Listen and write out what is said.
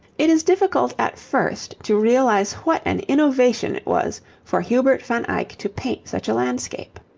it is difficult at first to realize what an innovation it was for hubert van eyck to paint such a landscape.